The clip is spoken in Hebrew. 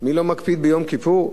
כיפור, ומי לא מקפיד ביום כיפור?